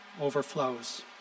overflows